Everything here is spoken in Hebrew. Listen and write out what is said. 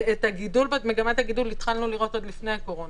את מגמת הגידול התחלנו לראות עוד לפני הקורונה,